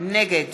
נגד